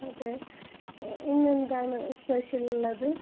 അത് ഇന്നെന്താണ് സ്പെഷ്യൽ ഉള്ളത്